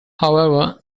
however